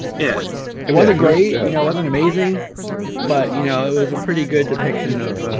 yeah it wasn't great you know wasn't amazing but you know it was a pretty good depiction of